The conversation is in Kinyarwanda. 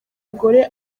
abagore